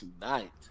tonight